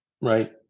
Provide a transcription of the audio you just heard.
right